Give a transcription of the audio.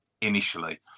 initially